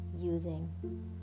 using